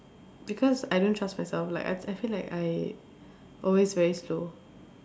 because I don't trust myself like I I feel like I always very slow